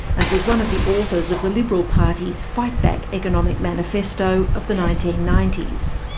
and was one of the authors of the liberal party's fightback! economic manifesto of the nineteen ninety s.